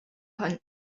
punch